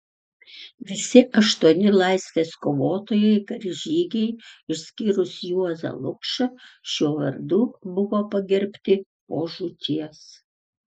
visi aštuoni laisvės kovotojai karžygiai išskyrus juozą lukšą šiuo vardu buvo pagerbti po žūties